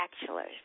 bachelors